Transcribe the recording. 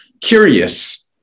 Curious